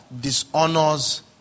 dishonors